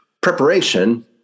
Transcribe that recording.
preparation